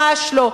ממש לא.